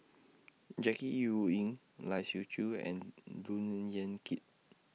Jackie Yi Ru Ying Lai Siu Chiu and Look Yan Kit